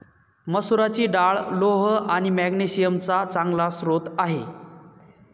मसुराची डाळ लोह आणि मॅग्नेशिअम चा चांगला स्रोत आहे